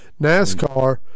NASCAR